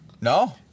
No